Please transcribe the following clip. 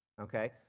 okay